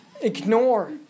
ignore